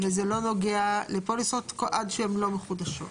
וזה לא נוגע לפוליסות, עד שהן לא מחודשות.